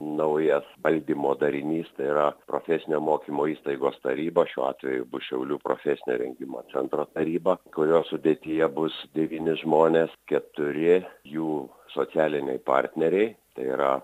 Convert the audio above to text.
naujas valdymo darinys tai yra profesinio mokymo įstaigos taryba šiuo atveju bus šiaulių profesinio rengimo centro taryba kurios sudėtyje bus devyni žmonės keturi jų socialiniai partneriai tai yra